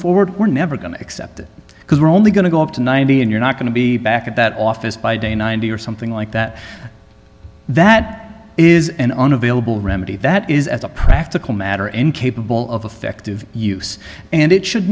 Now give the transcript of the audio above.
forward we're never going to accept it because we're only going to go up to ninety and you're not going to be back at that office by day ninety or something like that that is unavailable remedy that is as a practical matter incapable of effective use and it should